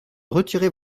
retirer